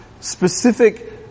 specific